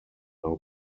now